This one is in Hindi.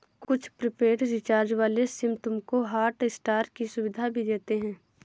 कुछ प्रीपेड रिचार्ज वाले सिम तुमको हॉटस्टार की सुविधा भी देते हैं